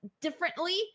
differently